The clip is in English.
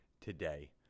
today